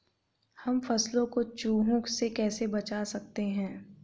हम फसलों को चूहों से कैसे बचा सकते हैं?